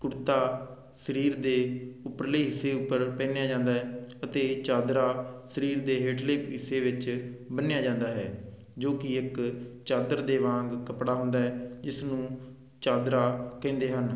ਕੁੜਤਾ ਸਰੀਰ ਦੇ ਉਪਰਲੇ ਹਿੱਸੇ ਉੱਪਰ ਪਹਿਨਿਆ ਜਾਂਦਾ ਹੈ ਅਤੇ ਚਾਦਰਾ ਸਰੀਰ ਦੇ ਹੇਠਲੇ ਹਿੱਸੇ ਵਿੱਚ ਬੰਨਿਆ ਜਾਂਦਾ ਹੈ ਜੋ ਕਿ ਇੱਕ ਚਾਦਰ ਦੇ ਵਾਂਗ ਕੱਪੜਾ ਹੁੰਦਾ ਹੈ ਜਿਸ ਨੂੰ ਚਾਦਰਾ ਕਹਿੰਦੇ ਹਨ